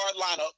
lineup